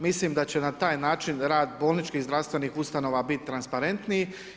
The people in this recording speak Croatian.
Mislim da će na taj način rad bolničkih i zdravstvenih ustanova biti transparentniji.